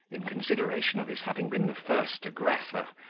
in consideration of his having been the first aggressor,